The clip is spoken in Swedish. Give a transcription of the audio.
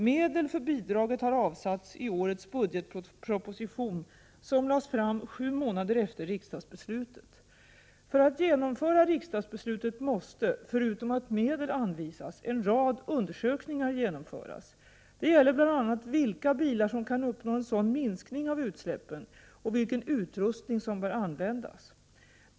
Medel för bidraget har avsatts i årets budgetproposition, som lades fram sju månader efter riksdagsbeslutet. För att genomföra riksdagsbeslutet måste, förutom att medel anvisas, en rad undersökningar genomföras. Det gäller bl.a. vilka bilar som kan uppnå en sådan minskning av utsläppen och vilken utrustning som bör användas.